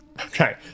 Okay